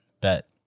bet